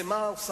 כמו עקרת-בית,